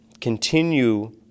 Continue